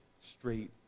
straight